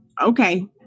okay